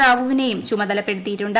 റാവുവിനേയും ചുമതലപ്പെടുത്തിയിട്ടുണ്ട്